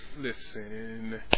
Listen